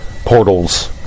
portals